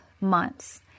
months